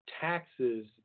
taxes